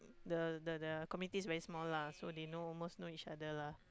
the the the committee's very small lah so they know almost know each other lah